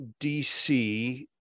dc